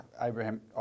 Abraham